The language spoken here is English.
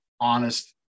honest